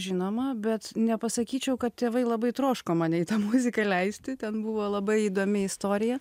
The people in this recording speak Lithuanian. žinoma bet nepasakyčiau kad tėvai labai troško mane į tą muziką leisti ten buvo labai įdomi istorija